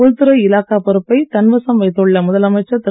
உள்துறை இலாகா பொறுப்பை தன்வசம் வைத்துள்ள முதலமைச்சர் திரு